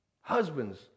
Husbands